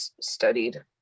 studied